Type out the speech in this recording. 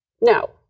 No